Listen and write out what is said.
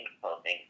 clothing